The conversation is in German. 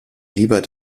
lieber